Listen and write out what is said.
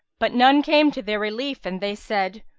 but none came to their relief and they said,